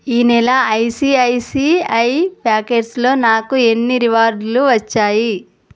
ఈ నెల ఐసిఐసిఐ ప్యాకెట్స్లో నాకు ఎన్ని రివార్డులు వచ్చాయి